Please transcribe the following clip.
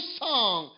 song